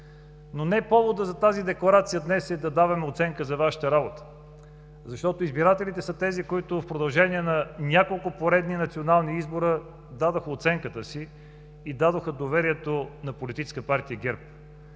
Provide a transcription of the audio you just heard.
Но не повода за тази декларация днес е да даваме оценка за Вашата работа, защото избирателите са тези, които в продължение на няколко поредни национални избора, дадоха оценката си и доверието на Политическа партия ГЕРБ.